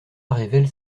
révèle